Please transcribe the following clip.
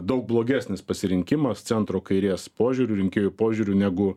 daug blogesnis pasirinkimas centro kairės požiūriu rinkėjų požiūriu negu